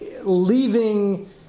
leaving